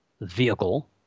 vehicle